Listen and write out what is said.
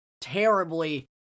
terribly